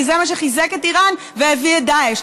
כי זה מה שחיזק את איראן והביא את דאעש.